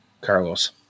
Carlos